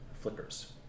flickers